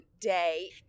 day